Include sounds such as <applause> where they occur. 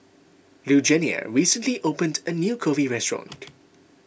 Lugenia recently opened a new Kulfi restaurant <noise>